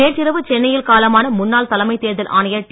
நேற்றிரவு சென்னையில் காலமான முன்னாள் தலைமை தேர்தல் ஆணையர் டி